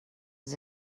was